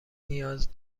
نیاز